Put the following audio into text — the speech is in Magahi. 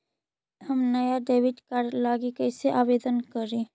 हम नया डेबिट कार्ड लागी कईसे आवेदन करी?